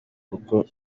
kuko